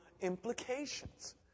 implications